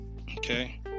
okay